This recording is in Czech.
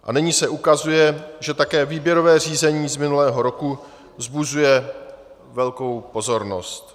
A nyní se ukazuje, že také výběrové řízení z minulého roku vzbuzuje velkou pozornost.